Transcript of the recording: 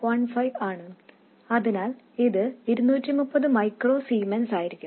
15 ആണ് അതിനാൽ ഇത് 230 മൈക്രോ സീമെൻസായിരിക്കും